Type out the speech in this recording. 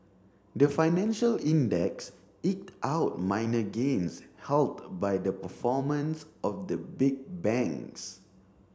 the financial index eked out minor gains helped by the performance of the big banks